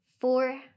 four